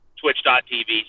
twitch.tv